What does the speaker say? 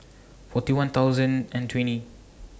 forty one thousand and twenty